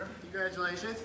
Congratulations